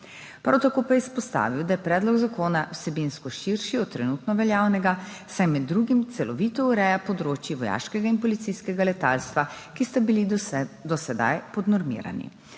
tako pa je izpostavil, da je predlog zakona vsebinsko širši od trenutno veljavnega, saj med drugim celovito ureja področje vojaškega in policijskega letalstva, ki sta bili do sedaj podnormirani.